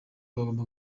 bagomba